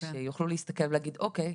על מנת שיוכלו להסתכל ולהגיד "אוקיי,